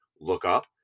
lookup